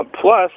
Plus